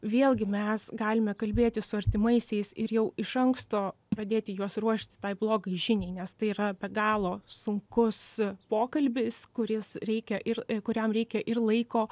vėlgi mes galime kalbėti su artimaisiais ir jau iš anksto pradėti juos ruošti tai blogai žiniai nes tai yra be galo sunkus pokalbis kuris reikia ir kuriam reikia ir laiko